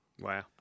Wow